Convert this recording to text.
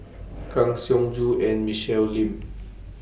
Kang Siong Joo and Michelle Lim